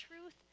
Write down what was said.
truth